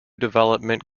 development